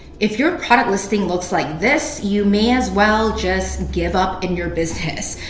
if your product listing looks like this, you may as well just give up in your business.